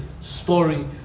story